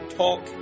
talk